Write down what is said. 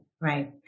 right